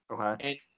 Okay